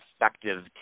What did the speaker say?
effective